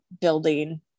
building